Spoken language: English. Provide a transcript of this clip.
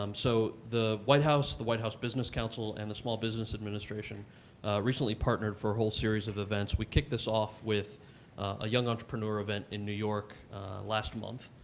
um so the white house, the white house business council, and the small business administration recently partnered for a whole series of events. we kicked this off with a young entrepreneur event in new york last month.